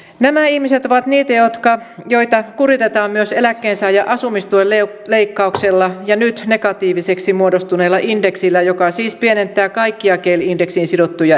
nämä ihmiset ovat niitä joita kuritetaan myös eläkkeensaajan asumistuen leikkauksella ja nyt negatiiviseksi muodostuneella indeksillä joka siis pienentää kaikkia kel indeksiin sidottuja etuisuuksia